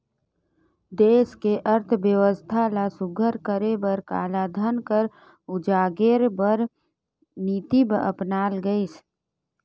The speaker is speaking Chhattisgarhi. देस के अर्थबेवस्था ल सुग्घर करे बर कालाधन कर उजागेर बर नीति अपनाल गइस